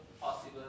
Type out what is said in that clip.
possible